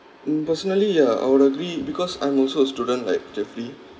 mm personally ya I would agree because I'm also a student like jeffrey